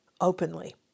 openly